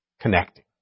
connecting